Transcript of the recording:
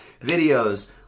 Videos